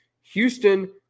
Houston